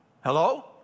Hello